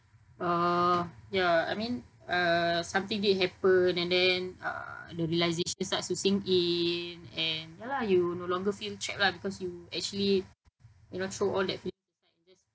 uh ya I mean err something did happen and then uh the realisation starts to sink in and ya lah you no longer feel trapped lah because you actually you know throw that feeling